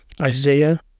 Isaiah